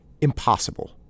Impossible